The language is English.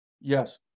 yes